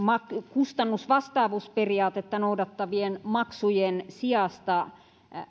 kustannusvastaavuusperiaatetta noudattavien maksujen sijasta